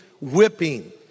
whipping